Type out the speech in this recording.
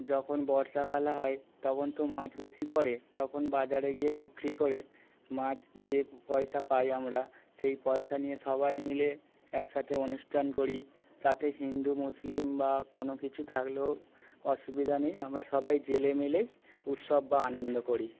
যখন বর্ষাকাল হয় তখন তো মাছ বেশি পড়ে তখন বাজারে গিয়ে বিক্রি করে মাছ থেকে পয়সা পাই আমরা সেই পয়সা নিয়ে সবাই মিলে একসাথে অনুষ্ঠান করি তাতে হিন্দু মুসলিম বা কোনো কিছু থাকলেও অসুবিধা নেই আমরা সবাই জেলে মিলেই উৎসব বা আনন্দ করি